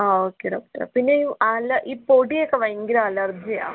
ആ okay doctor പിന്നെ ഈ അല ഈ പൊടിയൊക്കെ ഭയങ്കര അലർജിയാണ്